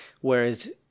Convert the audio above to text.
whereas